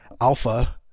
Alpha